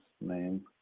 name